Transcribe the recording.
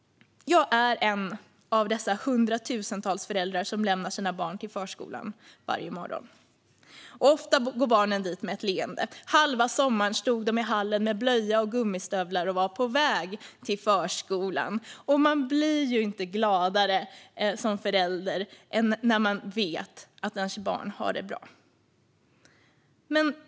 Jag är en av dessa hundratusentals föräldrar som lämnar sina barn till förskolan varje morgon. Ofta går barnen dit med ett leende. Halva sommaren stod de i hallen med blöja och gummistövlar och var på väg till förskolan. Och man blir ju inte gladare som förälder än när man vet att ens barn har det bra.